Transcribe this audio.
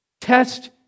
Test